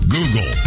Google